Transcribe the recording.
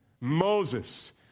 Moses